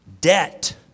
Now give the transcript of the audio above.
Debt